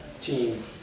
team